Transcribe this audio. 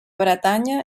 bretanya